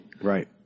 Right